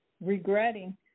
regretting